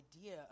idea